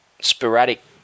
sporadic